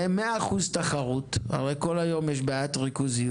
והם 100% תחרות, הרי כל היום יש בעיית ריכוזיות,